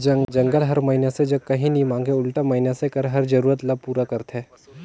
जंगल हर मइनसे जग काही नी मांगे उल्टा मइनसे कर हर जरूरत ल पूरा करथे